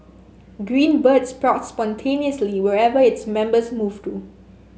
Green Bird sprouts spontaneously wherever its members move to